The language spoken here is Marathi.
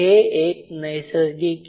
हे एक नैसर्गिक E